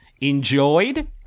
enjoyed